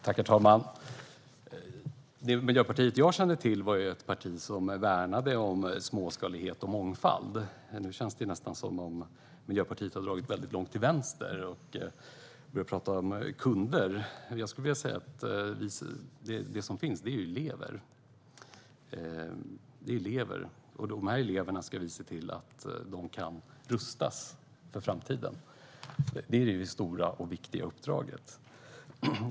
Herr talman! Det miljöparti jag kände till var ett parti som värnade om småskalighet och mångfald. Nu känns det nästan som om Miljöpartiet har dragit väldigt långt till vänster och börjar prata om kunder. Det som finns är ju elever, och vi ska se till att dessa elever kan rustas för framtiden. Detta är det stora och viktiga uppdraget.